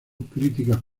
críticas